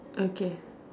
okay